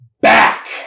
back